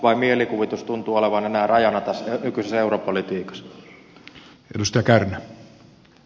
vain mielikuvitus tuntuu olevan enää rajana tässä nykyisessä europolitiikassa